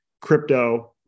crypto